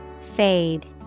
Fade